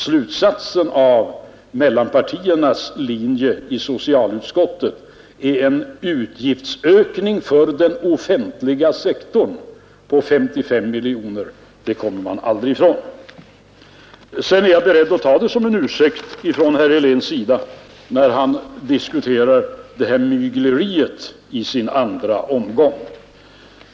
Slutresultatet av mellanpartiernas linje i socialutskottet skulle bli en utgiftsökning för den offentliga sektorn på 55 miljoner kronor. Det kommer man aldrig ifrån. Jag är beredd att ta det som en ursäkt från herr Heléns sida när han diskuterar mygleriet i sin andra omgång.